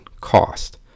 cost